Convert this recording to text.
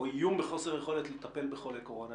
או איום בחוסר יכולת לטפל בחולי קורונה.